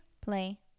play